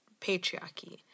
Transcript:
patriarchy